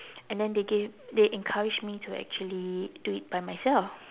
and then they gave they encourage me to actually do it by myself